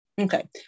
Okay